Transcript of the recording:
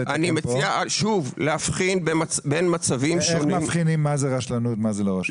אני מציע להבחין בין מצבים --- איך מבחינים בין רשלנות ללא רשלנות?